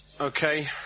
Okay